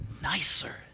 nicer